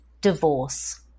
divorce